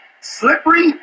slippery